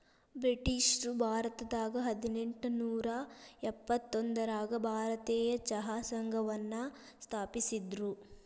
ಬ್ರಿಟಿಷ್ರು ಭಾರತದಾಗ ಹದಿನೆಂಟನೂರ ಎಂಬತ್ತೊಂದರಾಗ ಭಾರತೇಯ ಚಹಾ ಸಂಘವನ್ನ ಸ್ಥಾಪಿಸಿದ್ರು